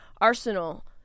arsenal